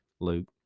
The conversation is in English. Luke